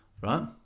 right